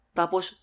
tapos